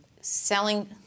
selling